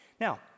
Now